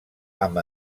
amb